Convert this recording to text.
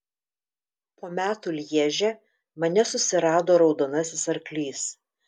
po metų lježe mane susirado raudonasis arklys